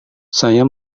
saya